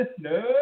No